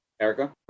Erica